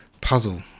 puzzle